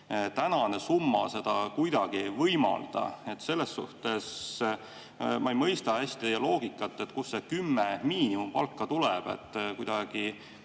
Tänane summa seda kuidagi ei võimalda ja selles mõttes ma ei mõista hästi teie loogikat, kust see kümme miinimumpalka tuleb. Kuidagi